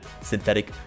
synthetic